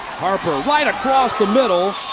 harper right across the middle.